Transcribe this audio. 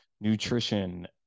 nutrition